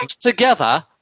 together